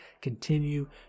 continue